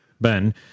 Ben